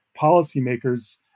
policymakers